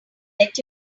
let